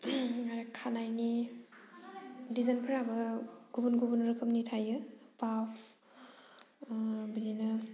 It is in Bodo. आरो खानायनि डिजाइनफ्राबो गुबुन गुबुन रोखोमनि थायो पाफ बिदिनो